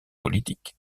politiques